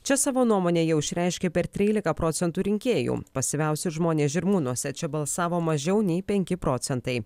čia savo nuomonę jau išreiškė per trylika procentų rinkėjų pasyviausi žmonės žirmūnuose čia balsavo mažiau nei penki procentai